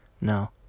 No